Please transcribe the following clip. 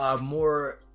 more